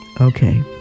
okay